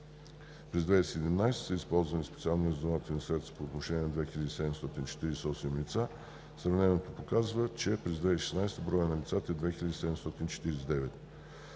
През 2017 г. са използвани специални разузнавателни средства по отношение на 2748 лица. Сравнението показва, че през 2016 г. броят на лицата е 2749.